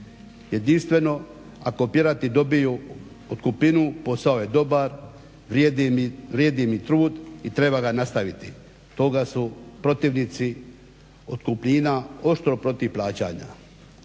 Jedinstveno, ako pirati dobiju otkupninu posao je dobar, vrijedi mi trud i treba ga nastaviti. Toga su protivnici otkupnina oštro protiv plaćanja.